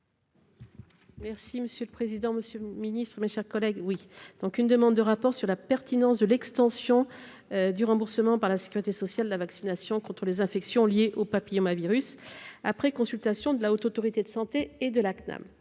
Merci monsieur le président, Monsieur le Ministre, mes chers collègues oui donc une demande de rapport sur la pertinence de l'extension du remboursement par la Sécurité sociale, la vaccination contre les infections liées au papillomavirus après consultation de la Haute autorité de santé et de la CNAM,